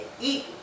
eat